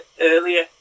earlier